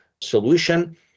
solution